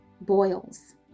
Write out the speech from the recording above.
boils